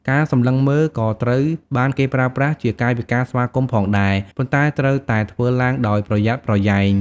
ការសម្លឹងមើល ក៏ត្រូវបានគេប្រើប្រាស់ជាកាយវិការស្វាគមន៍ផងដែរ ប៉ុន្តែត្រូវតែធ្វើឡើងដោយប្រយ័ត្នប្រយែង។